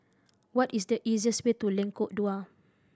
what is the easiest way to Lengkok Dua